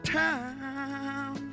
time